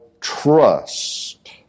trust